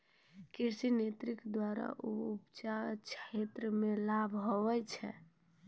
कृषि नीति द्वरा उपजा क्षमता मे लाभ हुवै छै